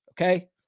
okay